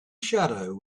shadow